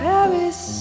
Paris